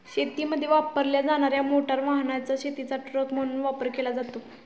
शेतीमध्ये वापरल्या जाणार्या मोटार वाहनाचा शेतीचा ट्रक म्हणून वापर केला जातो